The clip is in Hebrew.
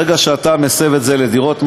ברגע שאתה מסב את זה לדירות,